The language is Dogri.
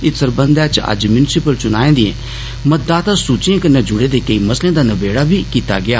इत्त सरबन्धें च अज्ज म्युनिसिपल चुनाएं दिएं मतदाता सूचिएं कन्ने जुडे दे केई मसलें दा नबेड़ा बी कीता गेआ